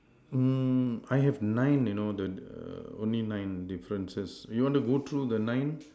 mm I have nine you know the err only nine differences you wanna go through the nine